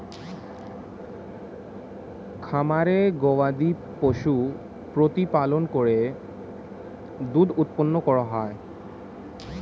খামারে গবাদিপশু প্রতিপালন করে দুধ উৎপন্ন করা হয়